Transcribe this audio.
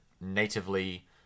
natively